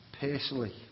personally